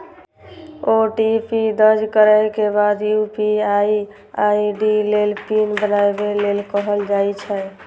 OTP दर्ज करै के बाद यू.पी.आई आई.डी लेल पिन बनाबै लेल कहल जाइ छै